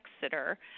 Exeter